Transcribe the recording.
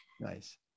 Nice